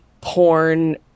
porn